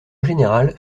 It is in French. général